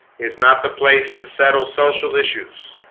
is not the place to settle social issues